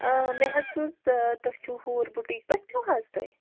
آ مےٚ حظ بوٗز تہٕ تُہۍ چھُو ہوٗر بُٹیٖک پٮ۪ٹھ چھُو حظ تُہۍ